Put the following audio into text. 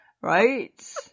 right